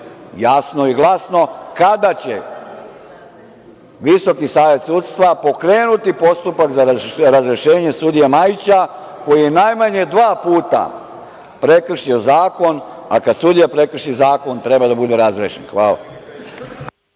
jasno i glasno – kada će Visoki savet sudstva pokrenuti postupak za razrešenje sudija Majića, koji je najmanje dva puta prekršio zakon, a kad sudija prekrši zakon treba da bude razrešen? Hvala.